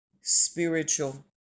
spiritual